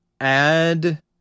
add